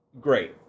Great